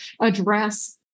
address